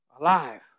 alive